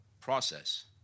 process